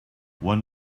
one